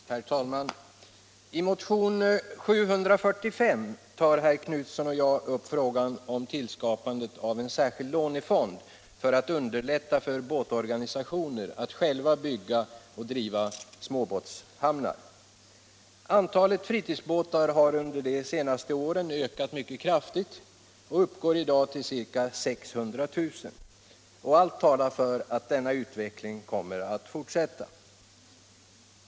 Herr talman! I motionen 745 tar herr Knutson och jag upp frågan om skapandet av en särskild lånefond för att underlätta för båtorganisationer att själva bygga och driva småbåtshamnar. Antalet fritidsbåtar har under de senaste åren ökat mycket kraftigt och uppgår i dag till ca 600 000, och allt talar för att denna utveckling kommer att fortsätta.